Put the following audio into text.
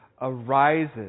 arises